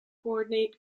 coordinate